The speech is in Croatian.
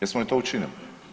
Jesmo li to učinili?